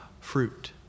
fruit